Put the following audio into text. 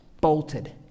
bolted